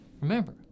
Remember